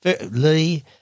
Lee